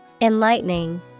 Enlightening